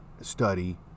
study